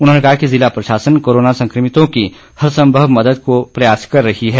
उन्होंने कहा कि जिला प्रशासन कोरोना संक्रमितों की हर संभव मदद का प्रयास कर रहा है